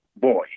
boy